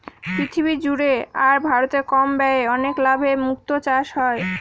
পৃথিবী জুড়ে আর ভারতে কম ব্যয়ে অনেক লাভে মুক্তো চাষ হয়